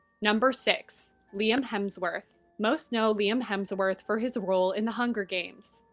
number six, liam hemsworth. most know liam hemsworth for his role in the hunger games,